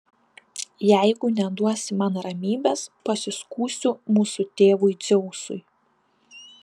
jeigu neduosi man ramybės pasiskųsiu mūsų tėvui dzeusui